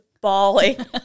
bawling